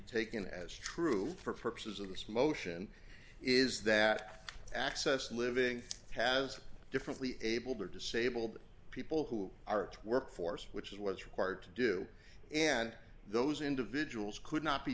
taken as true for purposes of this motion is that access living has differently abled or disabled people who are work force which is what is required to do and those individuals could not be